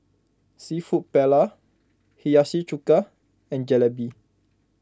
Seafood Paella Hiyashi Chuka and Jalebi